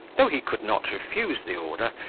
though he could not refuse the order,